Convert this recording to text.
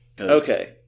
Okay